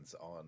on